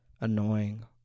annoying